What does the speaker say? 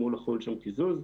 אמור לחול שם קיזוז.